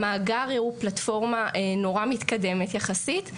המאגר הוא פלטפורמה מתקדמת יחסית.